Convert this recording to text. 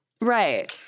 Right